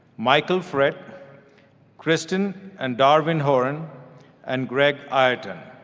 michael fryt kirsten and darwin horan and greg ireton.